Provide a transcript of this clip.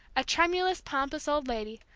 a tremulous, pompous old lady,